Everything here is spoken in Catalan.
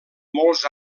molts